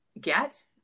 get